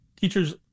teachers